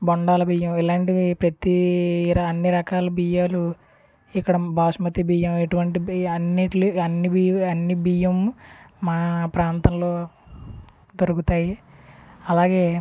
బొండాల బియ్యం ఇలాంటి ప్రతి ర అన్నీ రకాల బియ్యాలు ఇక్కడ బాస్మతి బియ్యం ఎటువంటి బి అన్ని అన్నిట్లు అన్ని బియ్యం అన్ని బియ్యం మా ప్రాంతంలో దొరుకుతాయి అలాగే